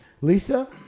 Lisa